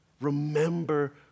Remember